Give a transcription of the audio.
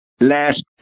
last